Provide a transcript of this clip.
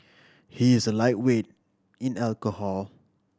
he is a lightweight in alcohol